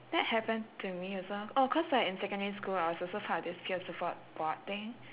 that happened to me also oh cause like in secondary school I was also part of this peer support board thing